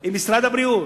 עם משרד הבריאות,